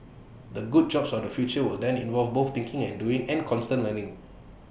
the good jobs of the future will then involve both thinking and doing and constant learning